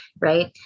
right